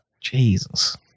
Jesus